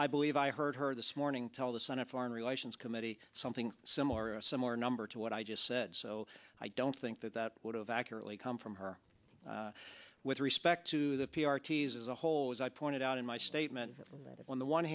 i believe i heard her this morning tell the senate foreign relations committee something similar a similar number to what i just said so i don't think that that would have accurately come from her with respect to the p r t as a whole as i pointed out in my statement on the one